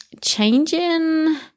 changing